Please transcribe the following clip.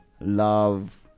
love